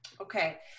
Okay